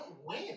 win